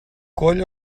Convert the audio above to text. coll